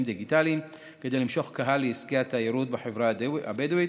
דיגיטליים כדי למשוך קהל לעסקי התיירות בחברה הבדואית,